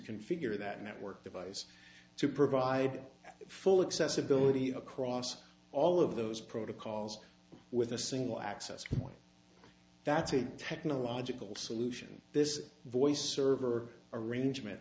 configure that network device to provide full access ability across all of those protocols with a single access point that's a technological solution this voice server arrangement